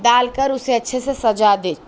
دال کر اُسے اچّھے سے سجا دے